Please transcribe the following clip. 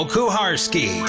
Kuharski